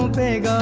big